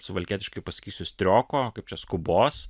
suvalkietiškai pasakysiu strioko kaip čia skubos